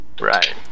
Right